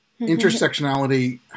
intersectionality